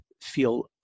feel